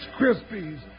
Krispies